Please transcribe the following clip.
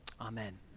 amen